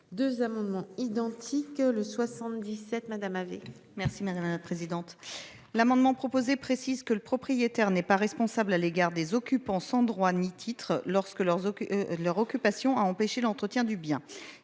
2 amendements identiques, le 77 Madame avec. Merci madame la présidente. L'amendement proposé précise que le propriétaire n'est pas responsable à l'égard des occupants sans droit ni titre lorsque leurs. Leur occupation a empêcher l'entretien du bien.